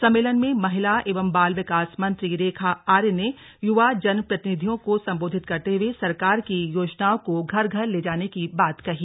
सम्मेलन में महिला एवं बाल विकास मंत्री रेखा आर्य ने युवा जनप्रतिनिधियों को संबोधित करते हुए सरकार की योजनाओं योजनाओं को घर घर ले जाने की बात कही